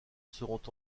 seront